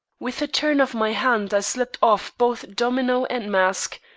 with a turn of my hand i slipped off both domino and mask,